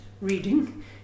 reading